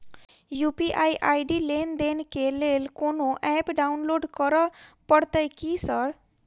UPI ID लेनदेन केँ लेल कोनो ऐप डाउनलोड करऽ पड़तय की सर?